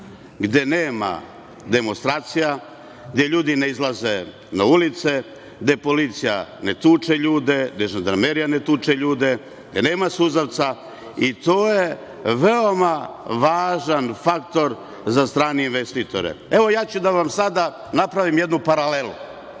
gde nema demonstracija, gde ljudi ne izlaze na ulice, gde policija ne tuče ljude, gde žandarmerija ne tuče ljude, gde nema suzavca i to je veoma važan faktor za strane investitore. Evo, ja ću da vam sada napravim jednu paralelu.